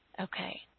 okay